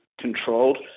controlled